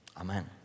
amen